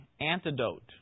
antidote